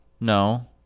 No